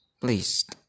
please